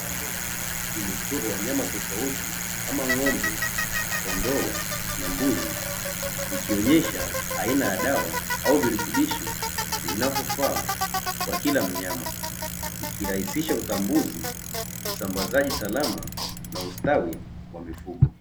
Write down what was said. Chupa ndogo imechorwa wanyama tofauti kama ng'ombe, kondoo na mbuzi; ikionyesha aina ya dawa au virutubisho vinavyofaa kwa kila mnyama, ikirahisisha utambuzi usambazaji salama na ustawi wa mifugo.